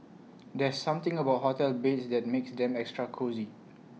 there's something about hotel beds that makes them extra cosy